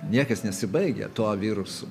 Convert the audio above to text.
niekas nesibaigia tuo virusu